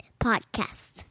Podcast